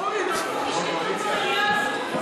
אנחנו הכי שקטות במליאה הזאת.